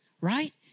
right